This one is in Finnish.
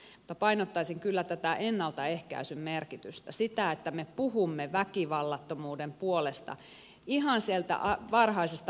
mutta painottaisin kyllä tätä ennaltaehkäisyn merkitystä sitä että me puhumme väkivallattomuuden puolesta ihan sieltä varhaisesta lapsuudesta lähtien